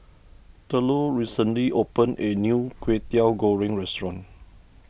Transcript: Thurlow recently opened a new Kway Teow Goreng restaurant